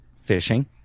Fishing